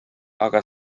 aga